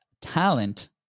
talent